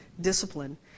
discipline